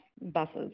buses